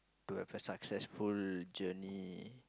to have a successful journey